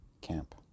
camp